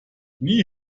nie